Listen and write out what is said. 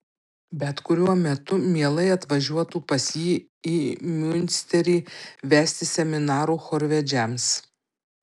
bet kuriuo metu mielai atvažiuotų pas jį į miunsterį vesti seminarų chorvedžiams